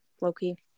Loki